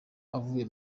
avuye